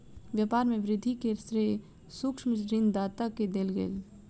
व्यापार में वृद्धि के श्रेय सूक्ष्म ऋण दाता के देल गेल